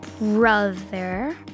brother